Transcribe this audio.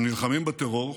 הם נלחמים בטרור,